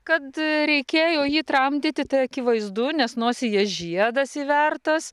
kad reikėjo jį tramdyti tai akivaizdu nes nosyje žiedas įvertas